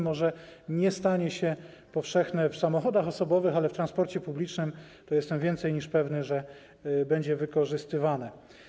Może nie stanie się powszechne w przypadku samochodów osobowych, ale w transporcie publicznym, jestem więcej niż pewny, będzie wykorzystywane.